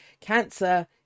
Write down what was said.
cancer